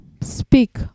speak